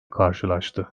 karşılaştı